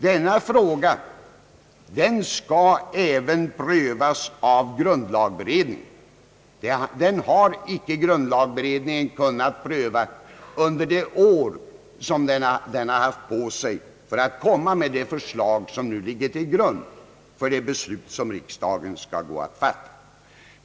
Denna fråga skall prövas även av grundlagberedningen, men det har grundlagberedningen inte kunnat göra under de år som den har haft på sig för att komma med det förslag som nu ligger till grund för det beslut som riksdagen skall fatta.